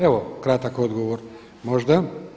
Evo, kratak odgovor možda.